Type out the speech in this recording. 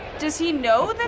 does he know that